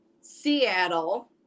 Seattle